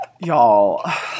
y'all